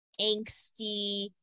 angsty